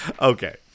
Okay